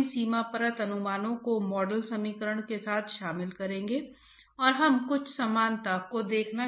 इसलिए आपको अपने आप को यह विश्वास दिलाना चाहिए कि विभिन्न प्रक्रियाएं क्या हैं इसके आधार पर आपको अलग अलग